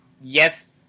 yes